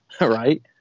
right